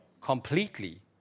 completely